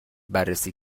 بررسی